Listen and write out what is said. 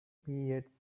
periods